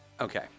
Okay